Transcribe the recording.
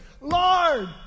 Lord